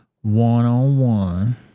one-on-one